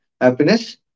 happiness